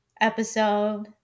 episode